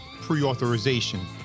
pre-authorization